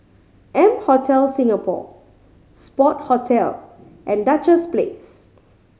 M Hotel Singapore Sport Hotel and Duchess Place